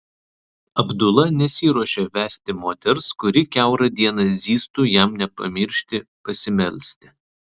abdula nesiruošė vesti moters kuri kiaurą dieną zyztų jam nepamiršti pasimelsti